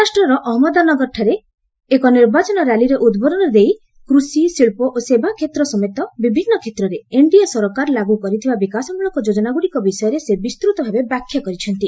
ମହାରାଷ୍ଟ୍ରର ଅହନ୍ମଦନଗରଠାରେ ଏକ ନିର୍ବାଚନ ର୍ୟାଲିରେ ଉଦ୍ବୋଧନ ଦେଇ କୃଷି ଶିଳ୍ପ ଓ ସେବା କ୍ଷେତ୍ର ସମେତ ବିଭିନ୍ନ କ୍ଷେତ୍ରରେ ଏନ୍ଡିଏ ସରକାର ଲାଗୁ କରିଥିବା ବିକାଶମୂଳକ ଯୋଜନାଗୁଡ଼ିକ ବିଷୟରେ ସେ ବିସ୍ତୃତ ଭାବେ ବ୍ୟାଖ୍ୟା କରିଛନ୍ତି